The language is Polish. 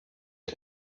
jak